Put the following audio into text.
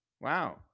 Wow